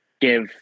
give